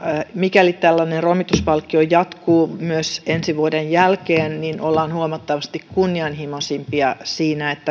mikäli tällainen romutuspalkkio jatkuu myös ensi vuoden jälkeen ollaan huomattavasti kunnianhimoisempia siinä